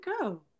go